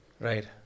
Right